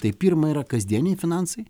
tai pirma yra kasdieniai finansai